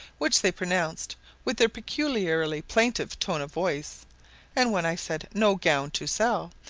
which they pronounced with their peculiarly plaintive tone of voice and when i said no gown to sell,